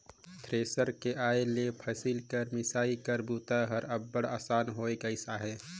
thresher कर आए ले फसिल कर मिसई कर बूता हर अब्बड़ असान होए गइस अहे